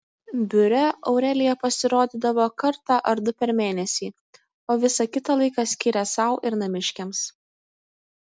biure aurelija pasirodydavo kartą ar du per mėnesį o visą kitą laiką skyrė sau ir namiškiams